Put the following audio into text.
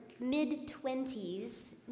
mid-twenties